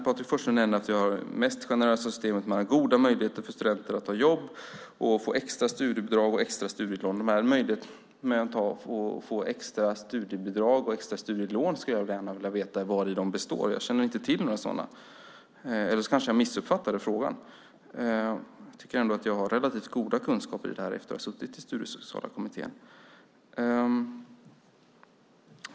Patrik Forslund nämner att vi har det mest generösa systemet och goda möjligheter för studenter att ha jobb och få extra studiebidrag och extra studielån. Möjligheterna att få extra studiebidrag och extra studielån skulle jag gärna vilja veta vari de består. Jag känner inte till några sådana, eller så kanske jag missuppfattade frågan. Jag tycker ändå att jag har relativt goda kunskaper i detta efter att ha suttit i Studiesociala kommittén.